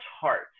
heart